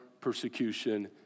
persecution